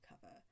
cover